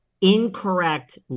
incorrect